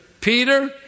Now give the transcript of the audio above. Peter